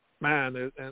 man